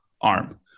arm